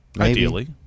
Ideally